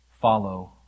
follow